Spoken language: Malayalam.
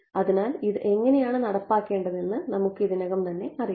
അതിനാൽ ഇത് എങ്ങനെയാണ് നടപ്പാക്കേണ്ടതെന്ന് നമുക്ക് ഇതിനകം തന്നെ അറിയാം